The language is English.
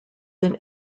than